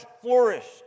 flourished